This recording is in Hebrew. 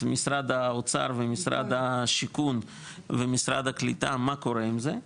משרד האוצר ומשרד השיכון ומשרד הקליטה מה קורה עם זה,